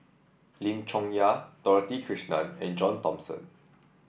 Lim Chong Yah Dorothy Krishnan and John Thomson